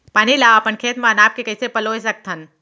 पानी ला अपन खेत म नाप के कइसे पलोय सकथन?